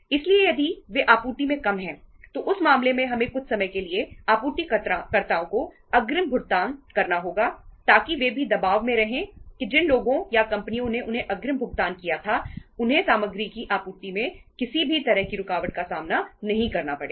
इसलिए यदि वे आपूर्ति में कम हैं तो उस मामले में हमें कुछ समय के लिए आपूर्तिकर्ताओं को अग्रिम भुगतान करना होगा ताकि वे भी दबाव में रहें कि जिन लोगों या कंपनियों ने उन्हें अग्रिम भुगतान किया था उन्हें सामग्री की आपूर्ति में किसी भी तरह की रुकावट का सामना नहीं करना पड़े